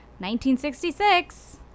1966